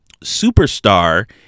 Superstar